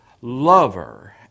lover